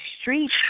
street